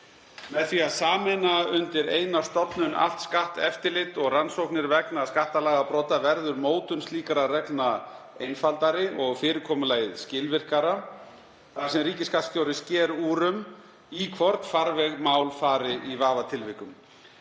Með því að sameina undir eina stofnun allt skatteftirlit og rannsóknir vegna skattalagabrota verður mótun slíkra reglna einfaldari og fyrirkomulagið skilvirkara þar sem ríkisskattstjóri sker úr um í hvorn farveg mál fari í vafatilvikum.